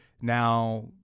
now –